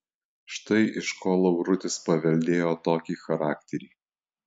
štai iš ko laurutis paveldėjo tokį charakterį